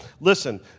Listen